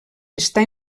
està